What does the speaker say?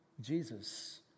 Jesus